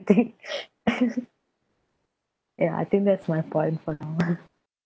ya I think that's my point for now